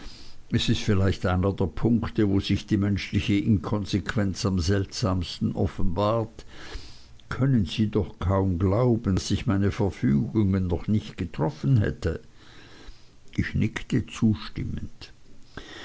es ist vielleicht einer der punkte wo sich die menschliche inkonsequenz am seltsamsten offenbart können sie doch kaum glauben daß ich meine verfügungen noch nicht getroffen hätte ich nickte zustimmend